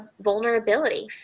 vulnerability